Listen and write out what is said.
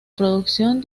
producción